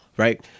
Right